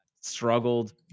struggled